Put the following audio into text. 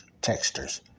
textures